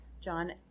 John